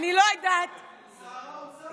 שר האוצר.